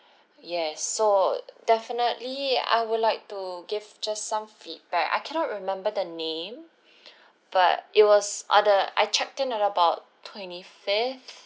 yes so definitely I would like to give just some feedback I cannot remember the name but it was on the I check in in about twenty-fifth